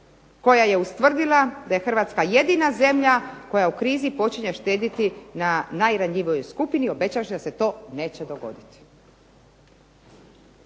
koja je ustvrdila da je Hrvatska jedina zemlja koja u krizi počinje štediti na najranjivijoj skupini obećavši da se to neće dogoditi".